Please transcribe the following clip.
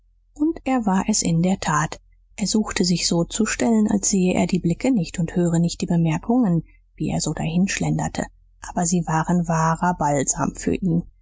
und er war es in der tat er suchte sich so zu stellen als sehe er die blicke nicht und höre nicht die bemerkungen wie er so dahinschlenderte aber sie waren wahrer balsam für ihn